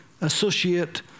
associate